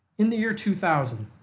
in the year two thousand,